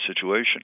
situation